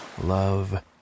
love